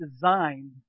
designed